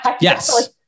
Yes